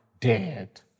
dead